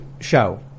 show